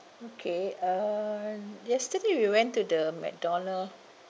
okay uh yesterday we went to the mcdonald